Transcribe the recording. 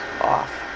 off